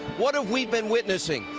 what have we been witnessing?